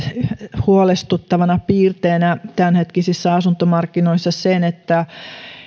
huolestuttavana piirteenä tämänhetkisissä asuntomarkkinoissa sen että